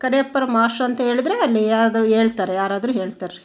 ಕರಿಯಪ್ಪರ ಮಾಷ್ಟ್ರು ಅಂತ ಹೇಳಿದರೆ ಅಲ್ಲಿ ಯಾರಾದರೂ ಹೇಳ್ತಾರೆ ಯಾರಾದರೂ ಹೇಳ್ತಾರೆ ರೀ